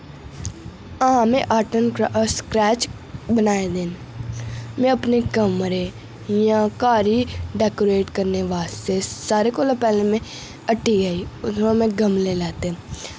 हां में art and scratch बनाए दे न में अपने कमरे इयां घर ही डैकोरेट करने आस्तै सारें कोला पैह्ले में हट्टी आई उद्धरूं आं मैं गमले लैते